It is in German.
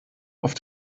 auf